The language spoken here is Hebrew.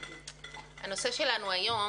הנושא שלנו היום